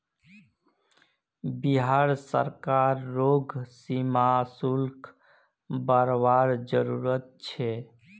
बिहार सरकार रोग सीमा शुल्क बरवार जरूरत छे